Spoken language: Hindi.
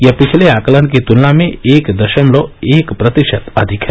यह पिछले आकलन की तुलना में एक दशमलव एक प्रतिशत अधिक है